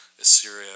Assyria